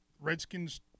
Redskins